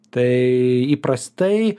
tai įprastai